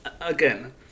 Again